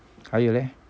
还有咧